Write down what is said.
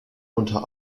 unter